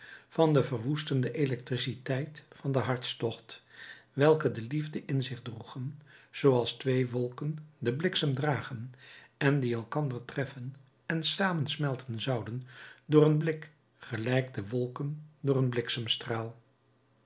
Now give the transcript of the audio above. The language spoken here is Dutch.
van de verwoestende electriciteit van den hartstocht welke de liefde in zich droegen zooals twee wolken den bliksem dragen en die elkander treffen en samensmelten zouden door een blik gelijk de wolken door een